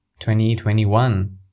2021